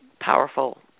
powerful